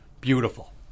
Beautiful